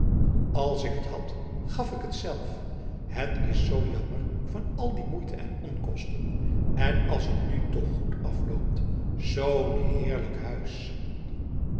als ik het had gaf ik het zelf het is zo jammer van al die moeite en onkosten en als het nu toch goed afloopt zo'n heerlijk huis